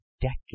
decades